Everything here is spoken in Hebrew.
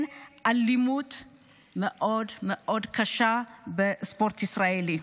האלימות מאוד מאוד קשה בספורט הישראלי.